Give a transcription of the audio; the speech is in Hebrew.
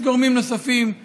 יש גורמים נוספים.